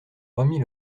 remis